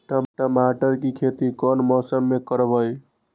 टमाटर की खेती कौन मौसम में करवाई?